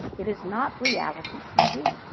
it is not reality t v.